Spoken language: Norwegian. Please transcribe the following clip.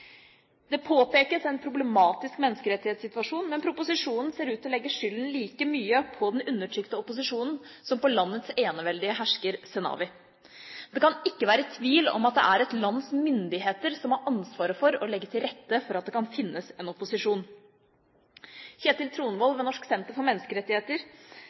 Det påpekes en problematisk menneskerettighetssituasjon, men proposisjonen ser ut til å legge skylden like mye på den undertrykte opposisjonen som på landets eneveldige hersker Zenawi. Det kan ikke være tvil om at det er et lands myndigheter som har ansvaret for å legge til rette for at det kan finnes en opposisjon. Kjetil Tronvoll ved Norsk senter for menneskerettigheter